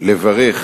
לברך